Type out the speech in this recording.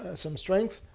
ah some strength,